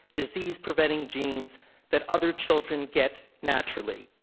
disease-preventing genes that other children get naturally?